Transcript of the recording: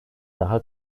daha